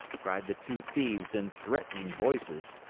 cried the two thieves in threatening voices.